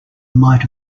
might